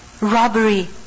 Robbery